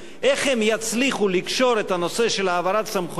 איך הם יצליחו לקשור את הנושא של העברת סמכויות